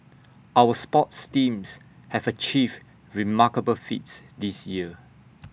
our sports teams have achieved remarkable feats this year